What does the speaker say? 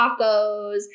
tacos